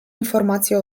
informacje